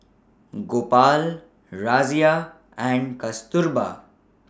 Gopal Razia and Kasturba